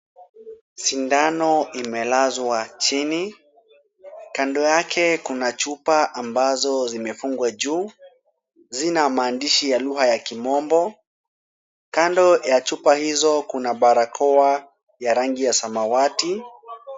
Sindano imelazwa chini, kando yake kuna chupa ambazo zimefungwa juu, zina maandishi ya lugha ya kimombo. Kando ya chupa hizo kuna barakoa ya rangi ya samawati.